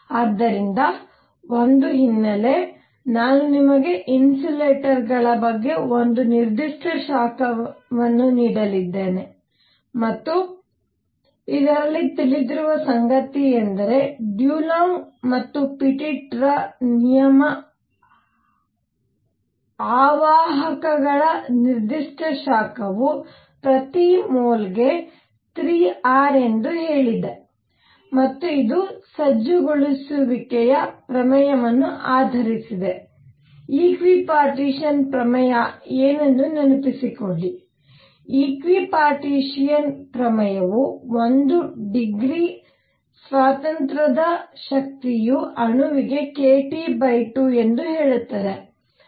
ಆದ್ದರಿಂದ ಒಂದು ಹಿನ್ನೆಲೆನಾನು ನಿಮಗೆ ಇನ್ಸುಲೆಟರ್ ಗಳ ಒಂದು ನಿರ್ದಿಷ್ಟ ಶಾಖವನ್ನು ನೀಡಲಿದ್ದೇನೆ ಮತ್ತು ಇದರಲ್ಲಿ ತಿಳಿದಿರುವ ಸಂಗತಿಯೆಂದರೆ ಡುಲಾಂಗ್ ಮತ್ತು ಪೆಟಿಟ್ ನಿಯಮ ಅವಾಹಕಗಳ ನಿರ್ದಿಷ್ಟ ಶಾಖವು ಪ್ರತಿ ಮೋಲ್ ಗೆ 3R ಎಂದು ಹೇಳಿದೆ ಮತ್ತು ಇದು ಸಜ್ಜುಗೊಳಿಸುವಿಕೆಯ ಪ್ರಮೇಯವನ್ನು ಆಧರಿಸಿದೆ ಈಕ್ವಿಪಾರ್ಟಿಷನ್ ಪ್ರಮೇಯ ಏನೆಂದು ನೆನಪಿಸಿಕೊಳ್ಳಿ ಈಕ್ವಿಪಾರ್ಟಿಷನ್ ಪ್ರಮೇಯವು ಒಂದು ಡಿಗ್ರಿ ಸ್ವಾತಂತ್ರ್ಯದ ಶಕ್ತಿಯು ಅಣುವಿಗೆ kT2 ಎಂದು ಹೇಳುತ್ತದೆ